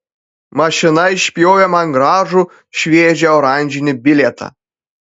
mašina išspjovė man gražų šviežią oranžinį bilietą